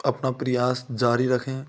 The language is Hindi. अपना प्रयास जारी रखें